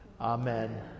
Amen